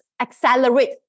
accelerate